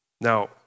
Now